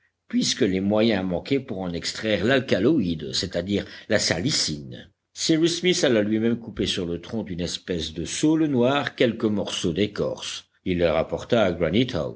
puisque les moyens manquaient pour en extraire l'alcaloïde c'est-à-dire la salicine cyrus smith alla lui-même couper sur le tronc d'une espèce de saule noir quelques morceaux d'écorce il les rapporta à